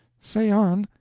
say on.